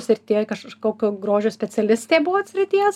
srityje kažkokio grožio specialistė buvot srities